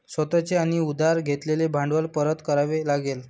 स्वतः चे आणि उधार घेतलेले भांडवल परत करावे लागेल